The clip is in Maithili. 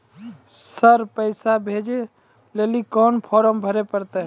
सर पैसा भेजै लेली कोन फॉर्म भरे परतै?